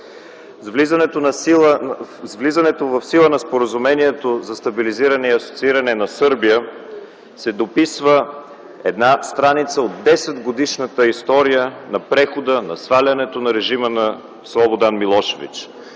С влизането в сила на Споразумението за стабилизиране и асоцииране на Сърбия се дописва една страница от 10-годишната история на прехода, на свалянето на режима на Слободан Милошевич.